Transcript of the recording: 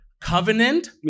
Covenant